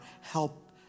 help